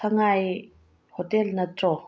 ꯁꯉꯥꯏ hotel ꯅꯠꯇ꯭ꯔꯣ